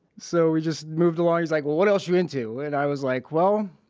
so we just moved along. he's like, well, what else are you into? and i was like, well,